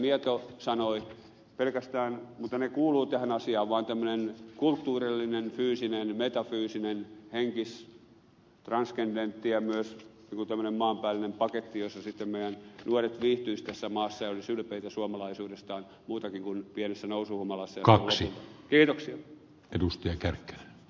mieto sanoi pelkästään mutta ne kuuluvat tähän asiaan vaan tämmöisen kulttuurillisen fyysisen metafyysisen henkis transkendenttiä myös tämmöisen maanpäällisen paketin jotta sitten nuoret viihtyisivät tässä maassa ja olisivat ylpeitä suomalaisuudestaan muutakin kuin pienessä nousuhumalassa kaksi edullisia edusti enkä ne